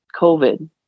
COVID